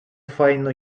файно